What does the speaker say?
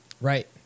right